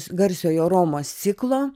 garsiojo romos ciklo